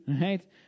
right